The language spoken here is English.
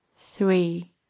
Three